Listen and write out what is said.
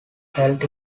held